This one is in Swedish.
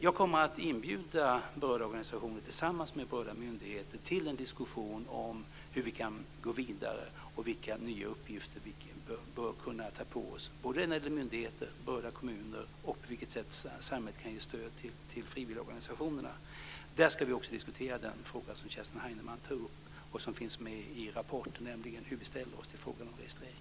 Jag kommer att inbjuda berörda organisationer och berörda myndigheter till en diskussion om hur vi kan gå vidare och vilka nya uppgifter vi bör kunna ta på oss, både när det gäller myndigheter och berörda kommuner. Det kan också gälla på vilket sätt samhället kan ge stöd till frivilligorganisationerna. Då ska vi också diskutera den fråga som Kerstin Heinemann tog upp och som finns med i rapporten, nämligen hur vi ställer oss till registrering.